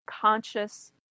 conscious